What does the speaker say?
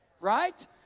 right